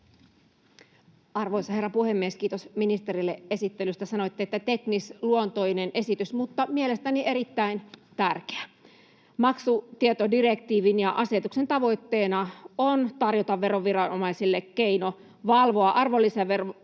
Arvoisa herra puhemies! Kiitos ministerille esittelystä. Sanoitte, että teknisluontoinen esitys, mutta mielestäni erittäin tärkeä. Maksutietodirektiivin ja ‑asetuksen tavoitteena on tarjota veroviranomaisille keino valvoa arvonlisäverovelvoitteiden